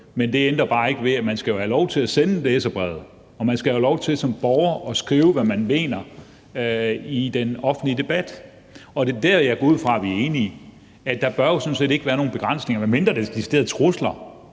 Men det ændrer bare ikke ved, at man jo skal have lov til at sende læserbrevet. Man skal have lov til som borger at skrive, hvad man mener, i den offentlige debat, og det er der, jeg går ud fra vi er enige, altså at der sådan set ikke bør være nogen begrænsninger, medmindre det decideret er trusler.